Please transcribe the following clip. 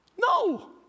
No